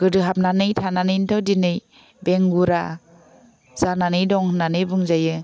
गोदोहाबनानै थानानैथ' दिनै बेंगुरा जानानै दं होननानै बुंजायो